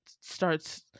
starts